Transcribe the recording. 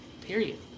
Period